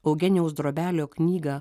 eugenijaus drobelio knygą